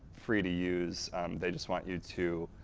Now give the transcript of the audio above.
free to use they just want you to